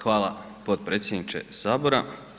Hvala potpredsjedniče sabora.